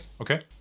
Okay